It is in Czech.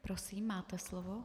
Prosím, máte slovo.